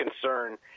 concern